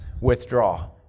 withdraw